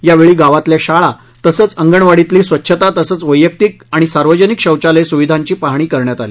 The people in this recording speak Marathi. यावेळी गावातल्या शाळा तसंच अंगणवाडीतली स्वच्छता तसंच वैयक्तिक आणि सार्वजनिक शौचालय सुविधांची पाहणी करण्यात आली